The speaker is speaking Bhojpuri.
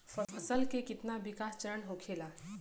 फसल के कितना विकास चरण होखेला?